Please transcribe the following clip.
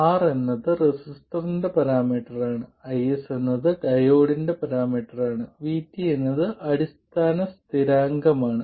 R എന്നത് റെസിസ്റ്ററിന്റെ പരാമീറ്ററാണ് IS എന്നത് ഡയോഡിന്റെ പരാമീറ്ററാണ് Vt എന്നത് അടിസ്ഥാന സ്ഥിരാങ്കമാണ്